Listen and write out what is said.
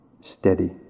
steady